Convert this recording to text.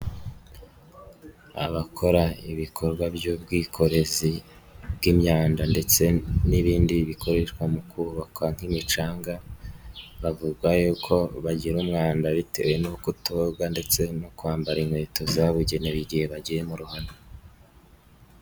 Abakora ibikorwa by'ubwikorezi bw'imyanda ndetse n'ibindi bikoreshwa mu kubaka nk'imicanga, bavugwa y'uko bagira umwanda bitewe no kutoga ndetse no kwambara inkweto zabugenewe igihe bagiye mu ruhame.